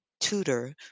tutor